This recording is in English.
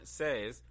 says